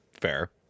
Fair